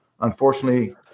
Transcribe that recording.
Unfortunately